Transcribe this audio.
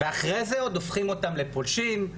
ואחרי זה עוד הופכים אותן לפולשים,